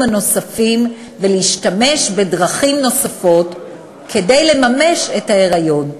הנוספים ולהשתמש בדרכים נוספות כדי לממש את ההיריון.